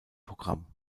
programm